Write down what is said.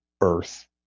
Earth